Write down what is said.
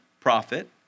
profit